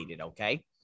okay